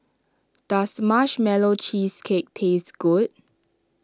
does Marshmallow Cheesecake taste good